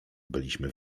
byliśmy